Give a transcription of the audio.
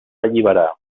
alliberar